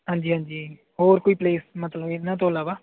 ਹਾਂਜੀ ਹਾਂਜੀ ਹੋਰ ਕੋਈ ਪਲੇਸ ਮਤਲਬ ਇਹਨਾਂ ਤੋਂ ਇਲਾਵਾ